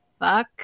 Fuck